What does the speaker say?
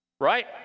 Right